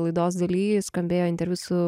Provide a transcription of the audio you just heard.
laidos daly skambėjo interviu su